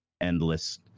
endless